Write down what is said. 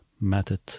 method